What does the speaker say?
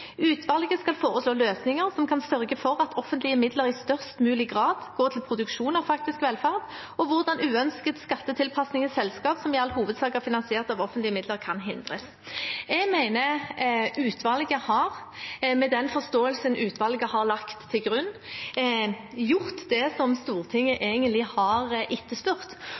Utvalget skal foreslå løsninger som kan sørge for at offentlige midler i størst mulig grad går til produksjon av faktisk velferd, og hvordan uønsket skattetilpasning i selskap som i all hovedsak er finansiert av offentlige midler, kan hindres.» Jeg mener utvalget har – med den forståelsen utvalget har lagt til grunn – gjort det som Stortinget egentlig har etterspurt.